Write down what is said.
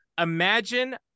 Imagine